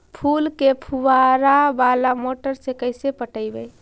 फूल के फुवारा बाला मोटर से कैसे पटइबै?